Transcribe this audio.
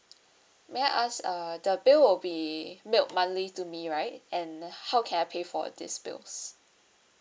may I ask uh the bill will be mailed monthly to me right and how can I pay for this bills